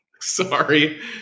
Sorry